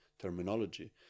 terminology